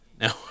No